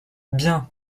bien